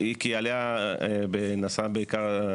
כי בעיקר עליה נעשה השינוי,